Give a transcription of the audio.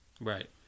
Right